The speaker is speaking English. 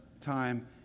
time